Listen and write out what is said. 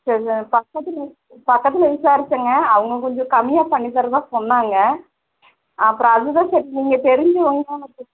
பக்கத்தில் பக்கத்தில் விசாரிச்சங்க அவங்க கொஞ்சம் கம்மியாக பண்ணி தரதாக சொன்னாங்க அப்புறம் அது தான் சரி நீங்கள் தெரிஞ்சவங்க